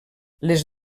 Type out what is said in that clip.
les